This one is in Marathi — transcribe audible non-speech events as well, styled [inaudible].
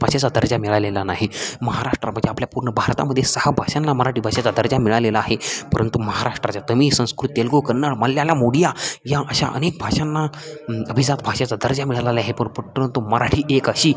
भाषेचा दर्जा मिळालेला नाही महाराष्ट्र म्हणजे आपल्या पूर्ण भारतामध्ये सहा भाषांना मराठी भाषेचा दर्जा मिळालेला आहे परंतु महाराष्ट्राच्या तमिळ संस्कृत तेलगू कन्नड मल्ल्याळम ओडिया या अशा अनेक भाषांना अभिजात भाषेचा दर्जा मिळालेला आहे [unintelligible] परंतु मराठी एक अशी